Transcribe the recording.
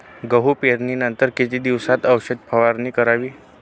गहू पेरणीनंतर किती दिवसात औषध फवारणी करावी?